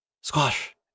Squash